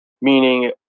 Meaning